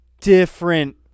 different